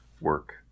work